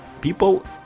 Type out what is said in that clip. people